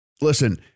listen